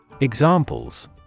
Examples